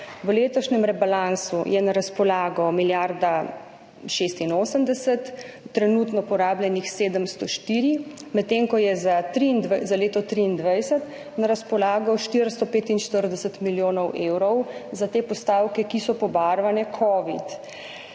v letošnjem rebalansu je na razpolago milijarda 86, trenutno porabljenih 704, medtem ko je za leto 2023 na razpolago 435 milijonov evrov za te postavke, ki so pobarvane covid.